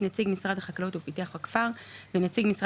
נציג משרד החקלאות ופיתוח הכפר ונציג משרד